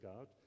out